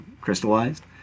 crystallized